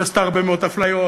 היא עשתה הרבה מאוד אפליות,